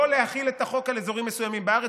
לא להחיל את החוק על אזורים מסוימים בארץ,